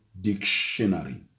Dictionary